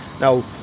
Now